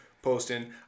posting